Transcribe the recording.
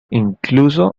incluso